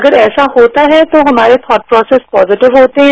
अगर ऐसा होता है तो हमारे थॉट प्रोसेस पॉजेटिव होते हैं